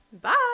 Bye